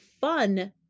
fun